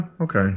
okay